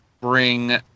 bring